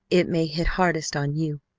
it may hit hardest on you,